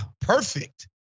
perfect